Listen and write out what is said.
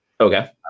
okay